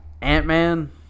Ant-Man